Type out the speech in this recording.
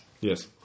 Yes